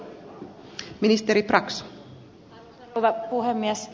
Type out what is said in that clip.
arvoisa rouva puhemies